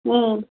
ಹ್ಞೂ